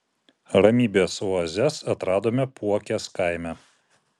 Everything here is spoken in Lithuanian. ramybės oazes atradome puokės kaime